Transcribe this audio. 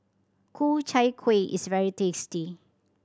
Ku Chai Kuih is very tasty